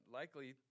likely